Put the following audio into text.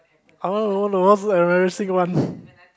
oh all so embarrassing ones